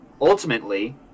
ultimately